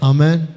Amen